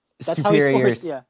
superiors